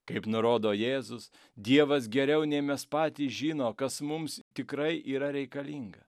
kaip nurodo jėzus dievas geriau nei mes patys žino kas mums tikrai yra reikalinga